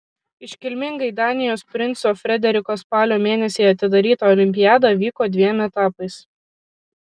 iškilmingai danijos princo frederiko spalio mėnesį atidaryta olimpiada vyko dviem etapais